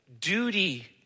duty